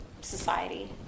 society